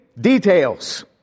details